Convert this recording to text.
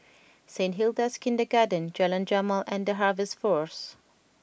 Saint Hilda's Kindergarten Jalan Jamal and The Harvest Force